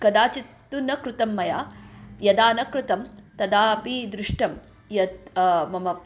कदाचित्तु न कृतं मया यदा न कृतं तदापि दृष्टं यत् मम